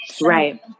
Right